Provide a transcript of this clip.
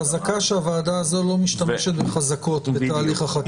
חזקה שהוועדה הזו לא משתמשת בחזקות בתהליך החקיקה.